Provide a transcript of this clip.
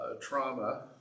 trauma